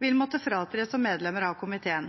vil måtte fratre som medlemmer av komiteen.